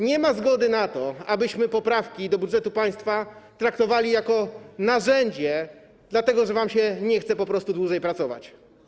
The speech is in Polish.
Nie ma zgody na to, abyśmy poprawki do budżetu państwa traktowali jako narzędzie, dlatego że wam się nie chce po prostu dłużej pracować.